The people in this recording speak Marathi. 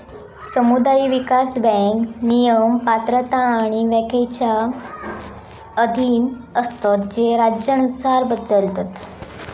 समुदाय विकास बँक नियम, पात्रता आणि व्याख्येच्या अधीन असतत जे राज्यानुसार बदलतत